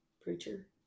preacher